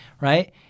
right